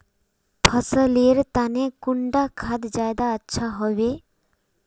फसल लेर तने कुंडा खाद ज्यादा अच्छा हेवै?